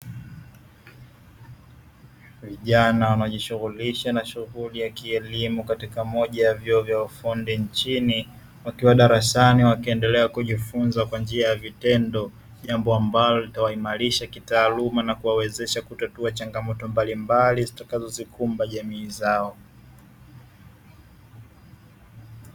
Vijana wanaojishughulisha na shughuli ya kielimu katika moja ya vyuo vya ufundi nchini wakiwa darasani, wakiendelea kujifunza kwa njia ya vitendo, jambo ambalo litawaimarisha kitaaluma na kuwawezesha kutatua changamoto mbalimbali zitakazozikumba jamii zao.